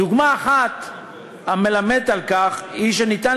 דוגמה אחת המלמדת על כך היא כשמצבה